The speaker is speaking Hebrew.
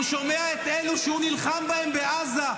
שומע על אלה שהוא נלחם בהם בעזה,